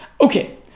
Okay